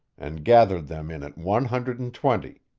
and gathered them in at one hundred and twenty.